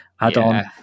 add-on